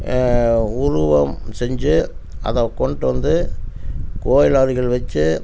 உருவம் செஞ்சு அதை கொண்டு வந்து கோவில் அருகில் வச்சி